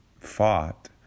fought